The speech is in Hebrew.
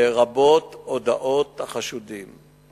לרבות הודאות החשודים,